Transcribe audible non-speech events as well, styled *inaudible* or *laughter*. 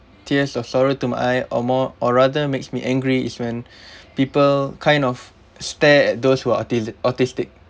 tears of sorrow to my eye or more or rather makes me angry is when *breath* people kind of stare at those who are auti~ autistic